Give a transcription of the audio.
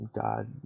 God